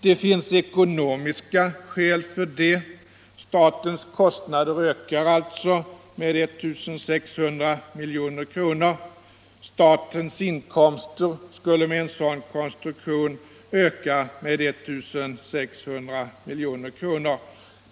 Det finns ekonomiska skäl för detta. Statens kostnader ökar med 1 600 milj.kr. Statens inkomster skulle med en sådan konstruktion öka med 1 600 milj.kr.